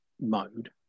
mode